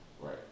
Right